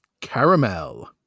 caramel